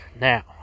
Now